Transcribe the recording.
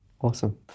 Awesome